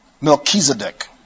Melchizedek